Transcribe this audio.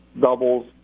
doubles